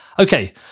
Okay